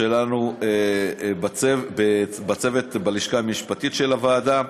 שלנו בצוות, בלשכה המשפטית של הוועדה,